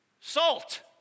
salt